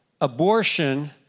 Abortion